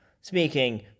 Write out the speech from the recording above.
speaking